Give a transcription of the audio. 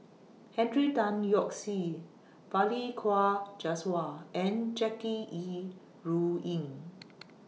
Henry Tan Yoke See Balli Kaur Jaswal and Jackie Yi Ru Ying